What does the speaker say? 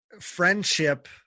friendship